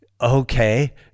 Okay